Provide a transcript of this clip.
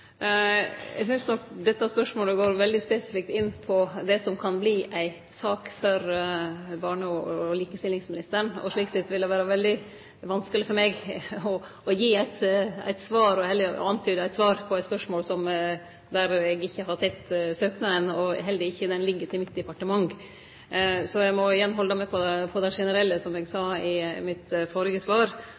Eg synest nok dette spørsmålet går veldig spesifikt inn på det som kan verte ei sak for barne- og likestillingsministeren. Slik sett vil det vere veldig vanskeleg for meg å gi eit svar, eller antyde eit svar, på eit spørsmål der eg ikkje har sett søknaden, og som heller ikkje ligg til mitt departement. Så eg må igjen halde meg til det generelle, som eg sa i mitt førre svar.